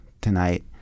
tonight